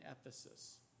Ephesus